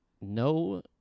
No